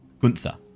Gunther